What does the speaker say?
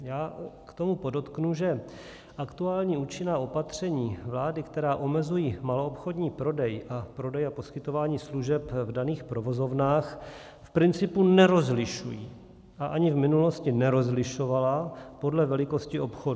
Já k tomu podotknu, že aktuální účinná opatření vlády, která omezují maloobchodní prodej a prodej a poskytování služeb v daných provozovnách, v principu nerozlišují a ani v minulosti nerozlišovala podle velikosti obchodu.